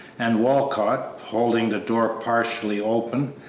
and walcott, holding the door partially open,